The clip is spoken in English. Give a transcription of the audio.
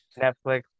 Netflix